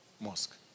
Mosque